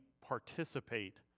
participate